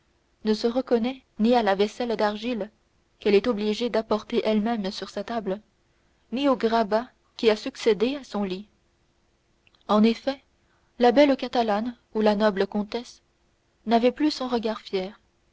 ne se reconnaît ni à la vaisselle d'argile qu'elle est obligée d'apporter elle-même sur sa table ni au grabat qui a succédé à son lit en effet la belle catalane ou la noble comtesse n'avait plus ni son regard fier